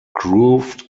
grooved